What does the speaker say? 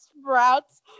sprouts